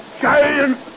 Giant